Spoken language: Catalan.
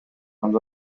ens